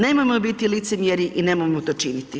Nemojmo biti licemjeri i nemojmo to činiti.